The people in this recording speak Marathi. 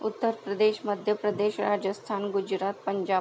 उत्तर प्रदेश मध्य प्रदेश राजस्थान गुजरात पंजाब